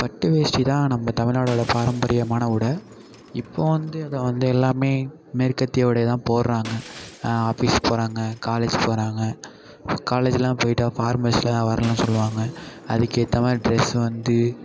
பட்டு வேஷ்ட்டி தான் நம்ம தமிழ்நாட்டோடய பாரம்பரியமான உடை இப்போ வந்து அதை வந்து எல்லாம் மேற்கத்தி உடைய தான் போடுறாங்க ஆஃபீஸ் போகிறாங்க காலேஜ் போகிறாங்க இப்போ காலேஜுலாம் போயிட்டா ஃபார்மல்ஸுல தான் வரணும்னு சொல்லுவாங்க அதுக்கேற்ற மாதிரி ட்ரெஸ் வந்து